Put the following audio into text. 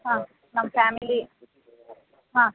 ಹಾಂ ನಮ್ಮ ಫ್ಯಾಮಿಲಿ ಹಾಂ